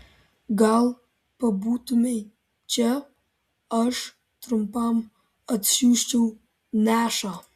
gal pabūtumei čia aš trumpam atsiųsčiau nešą